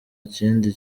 kindi